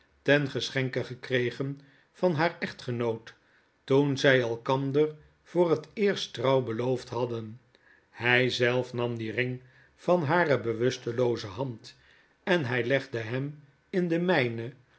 ten geschenke gekregen van haar echtgenoot toen zy elkander voor het eerst trouw beloofd hadden hy zelf nam dien ring van hare bewustelooze hand en hy legde hem in de myne